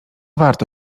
warto